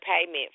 payment